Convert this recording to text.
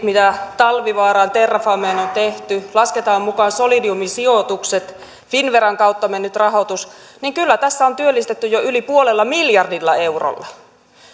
mitä talvivaaraan terrafameen on tehty lasketaan mukaan solidiumin sijoitukset finnveran kautta mennyt rahoitus niin kyllä tässä on työllistetty jo yli puolella miljardilla eurolla